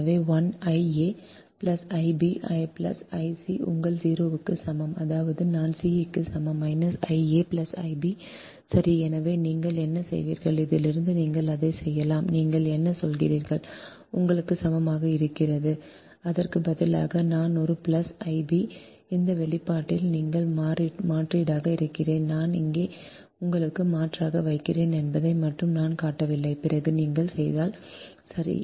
எனவே I a plus I b plus I c உங்கள் 0 க்கு சமம் அதாவது நான் c க்கு சமம் I a I b சரி எனவே நீங்கள் என்ன செய்வீர்கள் இதிலிருந்து நீங்கள் அதைச் செய்யலாம் நீங்கள் என்ன சொல்கிறீர்கள் I உங்களுக்கு சமமாக இருக்கிறது அதற்கு பதிலாக நான் ஒரு பிளஸ் I b இந்த வெளிப்பாட்டில் நீங்கள் மாற்றீடாக இருக்கிறேன் நான் இங்கே உங்களுக்கு மாற்றாக வைக்கிறேன் என்பதை மட்டும் நான் காட்டவில்லை பிறகு நீங்கள் செய்தால் சரி